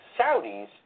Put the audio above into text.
Saudis